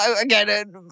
again